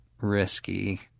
risky